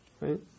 right